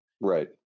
Right